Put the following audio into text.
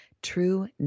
True